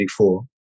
1984